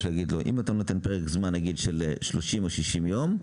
שאם הם לא נותנים פרק זמן של 30 או 60 יום,